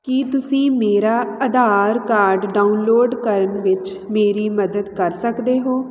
ਕੀ ਤੁਸੀਂ ਮੇਰਾ Aadhaar card download ਕਰਨ ਵਿੱਚ ਮੇਰੀ ਮਦਦ ਕਰ ਸਕਦੇ ਹੋ